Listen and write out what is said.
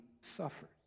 suffers